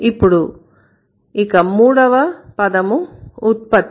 ఇక మూడవ పదము ఉత్పత్తి